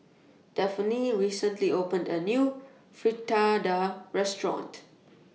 Dafne recently opened A New Fritada Restaurant